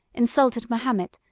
insulted mahomet,